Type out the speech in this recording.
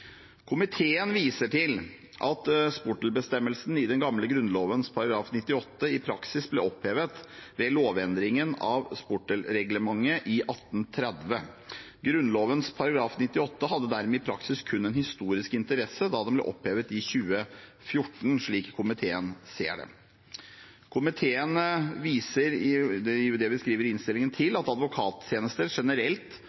Komiteen viser til at sportelbestemmelsen i den gamle Grunnloven § 98 i praksis ble opphevet ved lovendringen av Sportelreglementet i 1830. Grunnloven § 98 hadde dermed i praksis kun historisk interesse da den ble opphevet i 2014, slik komiteen ser det. Komiteen viser i